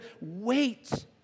wait